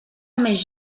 més